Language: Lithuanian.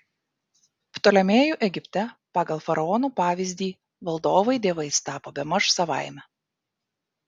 ptolemėjų egipte pagal faraonų pavyzdį valdovai dievais tapo bemaž savaime